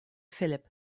philipp